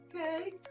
Okay